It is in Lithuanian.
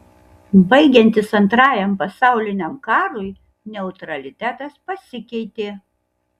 baigiantis antrajam pasauliniam karui neutralitetas pasikeitė